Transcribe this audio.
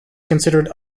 considered